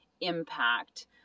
impact